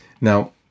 Now